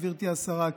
גברתי השרה,